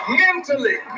mentally